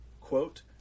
quote